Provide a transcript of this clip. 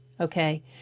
okay